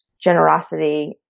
generosity